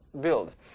build